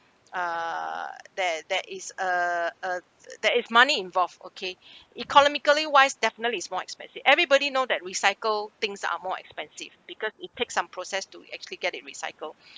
uh there there is uh uh there is money involved okay economically wise definitely it's more expensive everybody know that recycle things are more expensive because it take some process to actually get it recycle